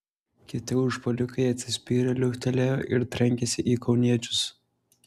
kiti užpuolikai atsispyrę liuoktelėjo ir trenkėsi į kauniečius